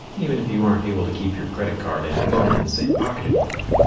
even if you aren't able to keep your credit card and phone in the same pocket anymore.